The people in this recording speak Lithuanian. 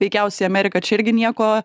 veikiausiai amerika čia irgi nieko